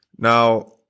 Now